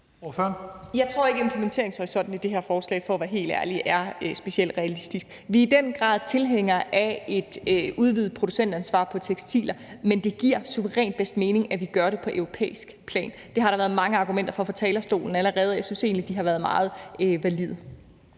jeg ikke, at implementeringshorisonten i det her forslag er specielt realistisk. Vi er i den grad tilhængere af et udvidet producentansvar på tekstiler, men det giver suverænt bedst mening, at vi gør det på europæisk plan. Det har der været mange argumenter for fra talerstolen allerede, og jeg synes egentlig, at de har været meget valide.